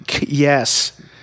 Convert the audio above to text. yes